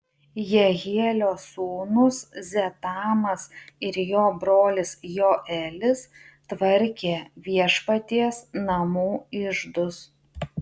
jehielio sūnūs zetamas ir jo brolis joelis tvarkė viešpaties namų iždus